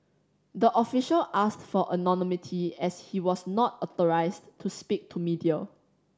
the official asked for anonymity as he was not authorised to speak to media